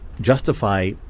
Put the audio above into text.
justify